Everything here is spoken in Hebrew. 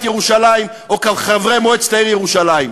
ירושלים או כחברי מועצת העיר ירושלים.